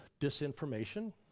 disinformation